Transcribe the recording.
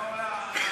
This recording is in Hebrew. יתברך.